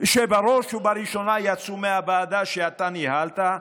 שבראש ובראשונה יצאו מהוועדה שאתה ניהלת,